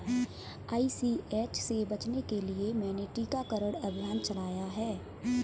ICH से बचने के लिए मैंने टीकाकरण अभियान चलाया है